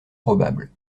probables